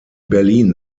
berlin